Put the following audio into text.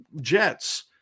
jets